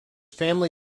family